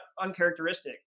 uncharacteristic